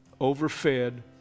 overfed